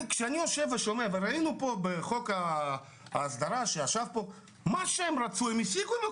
ראינו בחוק ההסדרה שמה שהקבלנים רצו הם השיגו,